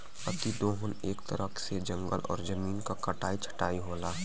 अति दोहन एक तरह से जंगल और जमीन क कटाई छटाई होला